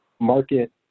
market